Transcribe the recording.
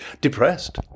depressed